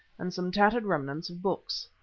and some tattered remnants of books.